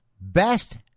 best